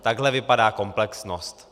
Takhle vypadá komplexnost.